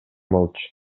болчу